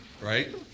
right